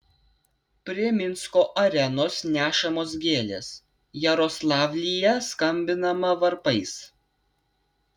prie minsko arenos nešamos gėlės jaroslavlyje skambinama varpais